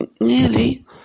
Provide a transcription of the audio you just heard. Nearly